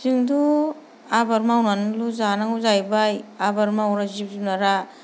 जोंथ' आबाद मावनानैल' जानांगौ जाहैबाय आबाद मावग्रा जिब जुनादा